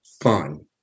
fun